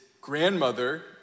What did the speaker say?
grandmother